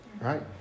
right